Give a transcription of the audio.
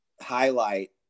highlight